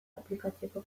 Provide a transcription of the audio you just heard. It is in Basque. aplikatzeko